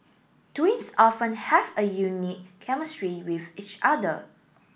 twins often have a unique chemistry with each other